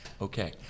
Okay